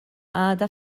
għada